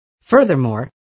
Furthermore